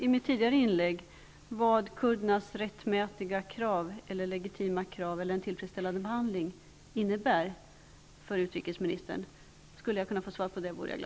I mitt tidigare inlägg frågade jag vad kurdernas rättmätiga eller legitima krav, eller en tillfredsställande behandling av dem, innebär för utrikesministern. Jag skulle bli glad om jag fick svar på det.